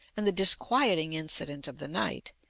and the disquieting incident of the night,